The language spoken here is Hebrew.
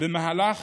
במהלך